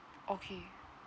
okay